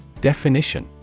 Definition